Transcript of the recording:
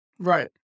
Right